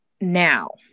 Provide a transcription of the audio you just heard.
Now